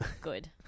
Good